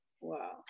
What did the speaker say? Wow